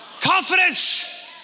Confidence